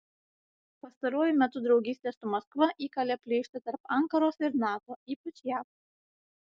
pastaruoju metu draugystė su maskva įkalė pleištą tarp ankaros ir nato ypač jav